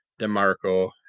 DeMarco